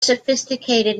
sophisticated